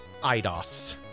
IDOS